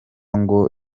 ngo